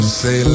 say